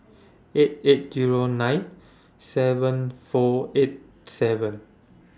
eight eight Zero nine seven four eight seven